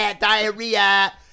diarrhea